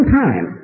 time